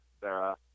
sarah